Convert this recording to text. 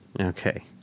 Okay